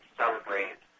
celebrate